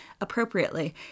appropriately